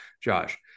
Josh